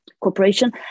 cooperation